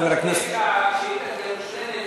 חבר הכנסת,